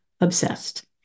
obsessed